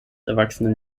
erwachsenen